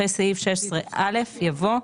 אחרי סעיף 16א יבוא: